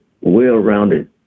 well-rounded